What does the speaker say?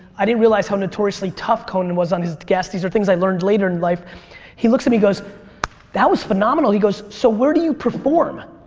i didn't realize how notoriously tough conan was on his guests. these are i learned later in life he looks um he goes that was phenomenal. he goes so where do you perform?